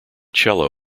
cello